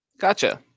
gotcha